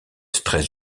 stress